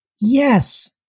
yes